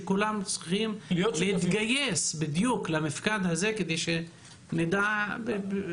וכולם צריכים להתגייס למפקד הזה כדי שנדע איפה אנחנו עומדים.